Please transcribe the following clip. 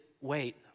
wait